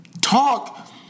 talk